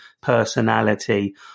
personality